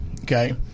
Okay